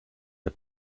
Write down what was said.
der